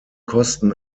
kosten